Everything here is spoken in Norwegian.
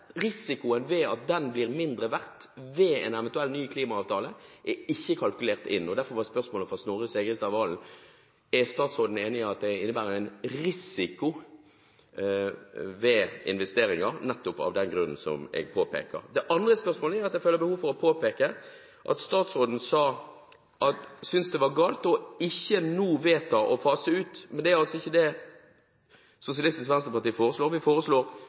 Risikoen ved at den blir mindre verdt ved en eventuell ny klimaavtale er ikke kalkulert inn, og derfor var spørsmålet fra Snorre Serigstad Valen: Er statsråden enig i at det innebærer en risiko ved investeringer, nettopp av den grunnen som jeg påpeker? Det andre spørsmålet går på at statsråden syntes det var galt nå å vedta å fase ut. Men det er altså ikke det Sosialistisk Venstreparti foreslår. Vi foreslår: